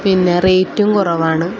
പിന്നെ റേറ്റും കുറവാണ്